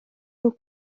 nhw